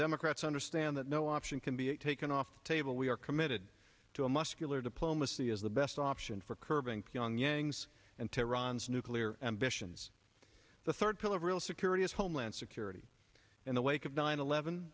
democrats understand that no option can be taken off the table we are committed to a muscular diplomacy is the best option for curbing pyongyang's and tehran's nuclear ambitions the third pillar of real security is homeland security in the wake of nine eleven